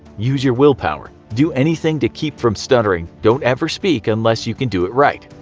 use your will power. do anything to keep from stuttering. don't ever speak unless you can do it right.